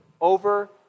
over